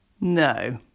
No